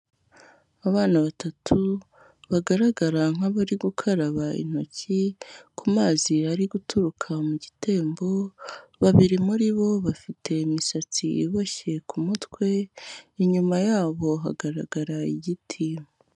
Abana batatu bagaragara nk'abari gukaraba intoki, ku mazi ari guturuka mu gitembo, babiri muri bo bafite imisatsi iboshye ku mutwe, inyuma yabo hagaragara igiti.